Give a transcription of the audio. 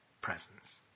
presence